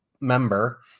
member